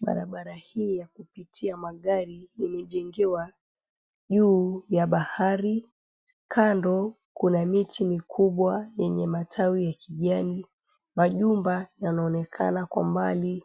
Barabara hii ya kupitia magari imejengewa juu ya bahari, kando kuna miti mikubwa yenye matawi ya kijani, majumba yanaonekana kwa mbali